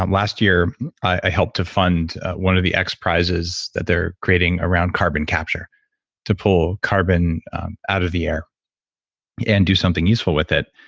um last year i helped to fund one of the xprizes that they're creating around carbon capture to pull carbon out of the air and do something useful with it.